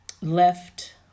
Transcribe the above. left